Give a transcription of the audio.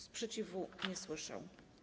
Sprzeciwu nie słyszę.